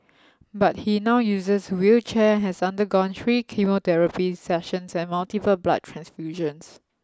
but he now uses wheelchair has undergone three chemotherapy sessions and multiple blood transfusions